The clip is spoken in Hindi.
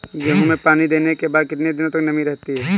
गेहूँ में पानी देने के बाद कितने दिनो तक नमी रहती है?